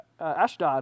ashdod